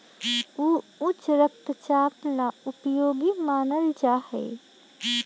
ऊ उच्च रक्तचाप ला उपयोगी मानल जाहई